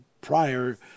prior